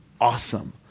awesome